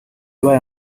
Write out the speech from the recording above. b’aya